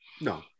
no